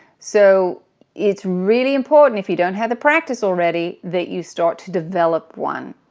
so it's really important if you don't have the practice already that you start to develop one,